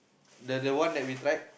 the the one that we tried